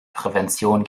prävention